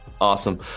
Awesome